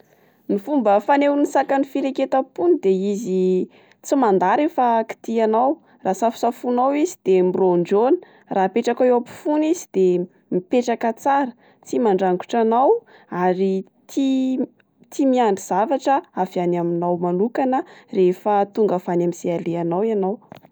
Ny fomba fanehoan'ny saka ny fireketam-pony de izy tsy mandà rehefa kitihanao, raha safosafonao izy de miraondrôna, raha apetraka eo ampofoana izy de mipetraka tsara tsy mandrangotra anao ary tia tia miandry zavatra avy any aminao manokana rehefa tonga avany amin'ny ze aleanao enao.